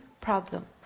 problem